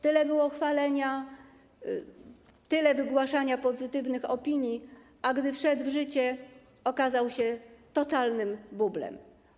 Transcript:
Tyle było chwalenia, tyle wygłaszania pozytywnych opinii, a gdy projekt wszedł w życie, okazał się totalnym bublem.